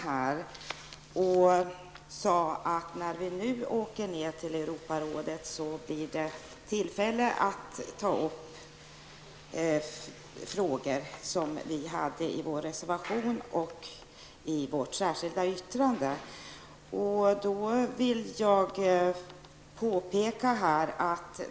Hon sade att när man nu reser till Europarådet blir det tillfälle att ta upp de frågor som vi har tagit med i vår reservation och i vårt särskilda yttrande.